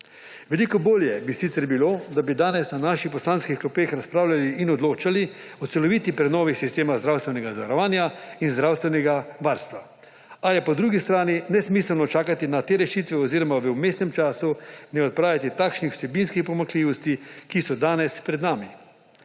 Veliko bolje bi sicer bilo, da bi danes na naših poslanskih klopeh razpravljali in odločali o celoviti prenovi sistema zdravstvenega zavarovanja in zdravstvenega varstva, a je po drugi strani nesmiselno čakati na te rešitve oziroma v vmesnem času ne odpraviti takšnih vsebinskih pomanjkljivosti, ki so danes pred nami.